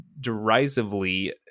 derisively